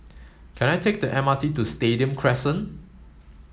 can I take the M R T to Stadium Crescent